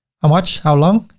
how much, how long?